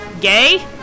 Gay